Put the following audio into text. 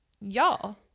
y'all